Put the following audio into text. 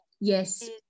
yes